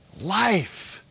life